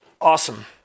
Awesome